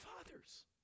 Fathers